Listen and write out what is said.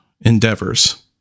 endeavors